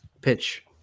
pitch